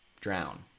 drown